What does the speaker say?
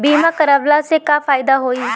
बीमा करवला से का फायदा होयी?